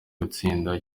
gutsinda